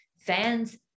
fans